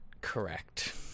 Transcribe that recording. correct